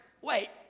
wait